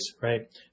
right